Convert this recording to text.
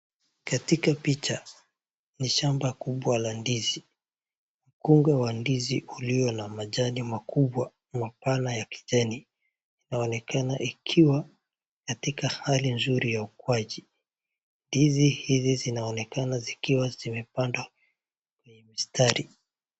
Katika picha ni shamba kubwa la ndizi, mkunga wa ndizi ulio na majani makubwa mapana ya kijani inaonekana ikiwa katika hali nzuri ya ukwaji, ndizi hizi zinaonekana zikiwa zimepandwa kwenye mistari.